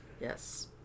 Yes